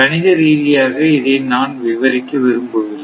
கணித ரீதியாக இதை நான் விவரிக்க விரும்பவில்லை